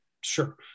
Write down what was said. sure